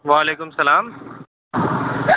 وعلیکُم سلام